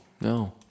no